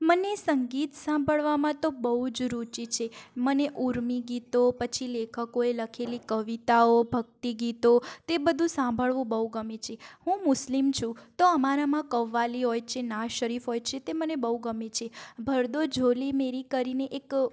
મને સંગીત સંભાળવામાં તો બહુ જ રૂચિ છે મને ઊર્મિ ગીતો પછી લેખકોએ લખેલી કવિતાઓ ભક્તિ ગીતો તે બધું સાંભળવું બહુ ગમે છે હું મુસ્લિમ છું તો અમારામાં કવ્વાલી હોય છે નાત શરીફ હોય છે તે મને બહુ ગમે છે ભર દો ઝોલી મેરી કરીને એક